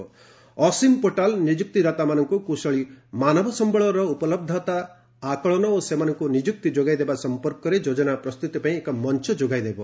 'Asim' portal ନିଯୁକ୍ତିଦାତାମାନଙ୍କୁ କୁଶଳୀ ମାନବ ଶକ୍ତିର ଉପଲବ୍ଧତା ଆକଳନ ଓ ସେମାନଙ୍କୁ ନିଯୁକ୍ତି ଯୋଗାଇଦେବା ସଂପର୍କରେ ଯୋଜନା ପ୍ରସ୍ତୁତି ପାଇଁ ଏକ ମଞ୍ଚ ଯୋଗାଇଦେବ